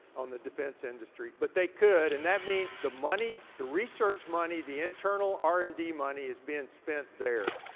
on the defense industry, but they could and that means the money, the research money, the internal r and d money is being spent there.